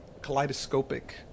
kaleidoscopic